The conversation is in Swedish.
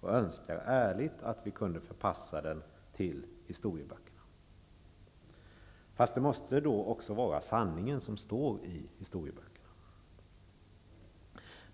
och önskar ärligt att vi kunde förpassa den till historieböckerna. Men det måste vara sanningen som står i historieböckerna.